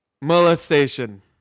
Molestation